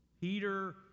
Peter